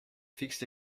fixent